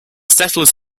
settlers